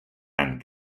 and